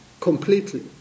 completely